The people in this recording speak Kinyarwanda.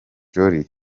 jolly